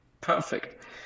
perfect